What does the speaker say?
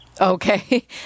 Okay